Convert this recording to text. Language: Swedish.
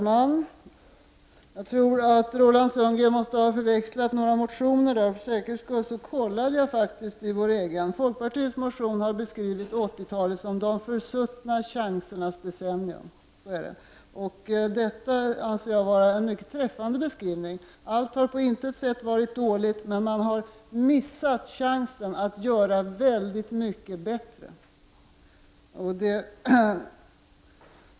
Herr talman! Roland Sundgren måste ha förväxlat några motioner. För säkerhets skull kollade jag faktiskt i vår egen. Folkpartiets motion har beskrivit 80-talet som ”de försuttna chansernas decennium”. Jag anser att det är en mycket träffande beskrivning. Allt har inte varit dåligt, men man har missat chansen att göra väldigt mycket bättre.